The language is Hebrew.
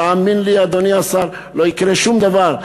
תאמין לי, אדוני השר, לא יקרה שום דבר.